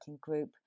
group